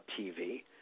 TV